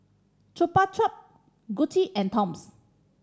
Chupa Chups Gucci and Toms